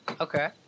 Okay